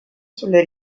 sulle